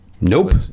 Nope